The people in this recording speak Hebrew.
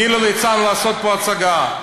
תני לליצן לעשות פה הצגה,